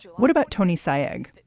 what about tony sayegh,